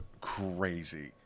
crazy